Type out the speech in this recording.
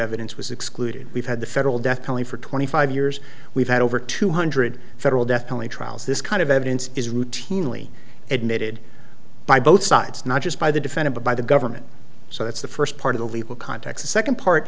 evidence was excluded we've had the federal death penalty for twenty five years we've had over two hundred federal death only trials this kind of evidence is routinely admitted by both sides not just by the defendant by the government so that's the first part of the legal context a second part